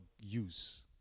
use